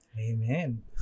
Amen